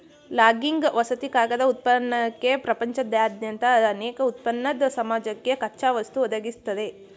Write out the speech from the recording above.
logging ವಸತಿ ಕಾಗದ ಉತ್ಪನ್ನಕ್ಕೆ ಪ್ರಪಂಚದಾದ್ಯಂತ ಅನೇಕ ಉತ್ಪನ್ನದ್ ಸಮಾಜಕ್ಕೆ ಕಚ್ಚಾವಸ್ತು ಒದಗಿಸ್ತದೆ